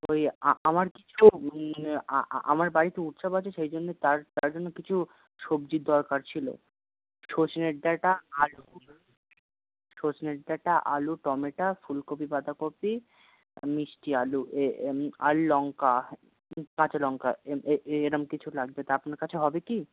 ওই আমার কিছু আমার বাড়িতে উৎসব আছে সেই জন্য তার তার জন্য কিছু সবজির দরকার ছিলো সজনে ডাটা আলু সজনের ডাটা আলু টমেটা ফুলকপি বাঁধাকপি মিষ্টি আলু এ আর লঙ্কা কাঁচা লঙ্কা এরকম কিছু লাগবে তা আপনার কাছে হবে কি